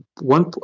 one